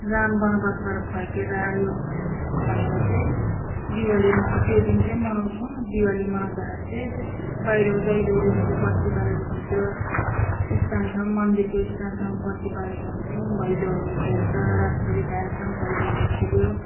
राम बनवासबाट फर्केर आयो भनेर चाहिँ दिवाली मनाउँ त्यो दिन चाहिँ मनाउँछौँ दिवाली मनाउँदाखेरि चाहिँ बाहिर दैलोदेखि बत्ती भित्र स्थानसम्म मन्दिरको स्थानसम्म बत्ती बालेको हुन्छौँ भैलोहरू खेल्छ रातभरि बिहानसम्म भैलोहरू खेल्यो